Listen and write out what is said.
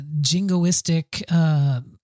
jingoistic